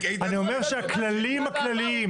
אני אומר שהכללים הכלליים,